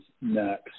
next